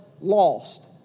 lost